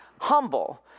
humble